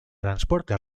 transporte